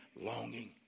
longing